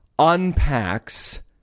unpacks